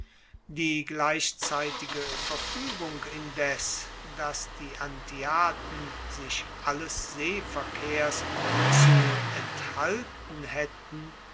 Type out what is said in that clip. die gleichzeitige verfuegung indes dass die antiaten sich alles seeverkehrs zu enthalten haetten